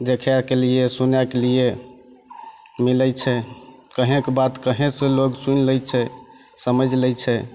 देखैके लिए सुनैके लिए मिलैत छै कहैके बात कहै से लोग सुनि लै छै समझि लै छै